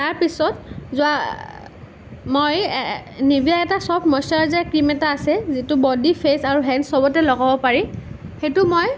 তাৰপিছত যোৱা মই নিভিয়া এটা চফ্ট ময়শ্বৰাইজাৰ ক্ৰীম এটা আছে যিটো বডী ফেছ আৰু হেণ্ডছ চবতে লগাব পাৰি সেইটো মই